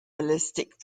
ballistic